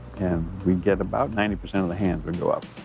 and we'd get about ninety percent of the hands would go up.